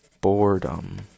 boredom